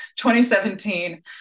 2017